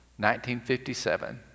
1957